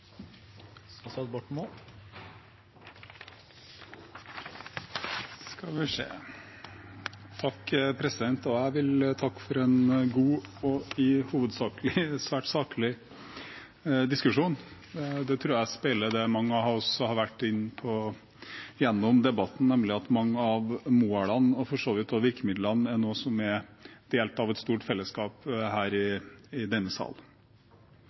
Jeg vil takke for en god og i hovedsak svært saklig diskusjon. Det tror jeg speiler det mange av oss har vært inne på gjennom debatten, nemlig at mange av målene – og for så vidt også virkemidlene – er noe som er delt av et stort fellesskap her i denne sal.